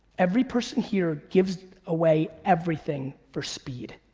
every person here gives away everything for speed.